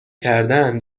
کردن